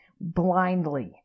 blindly